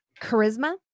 charisma